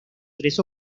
tres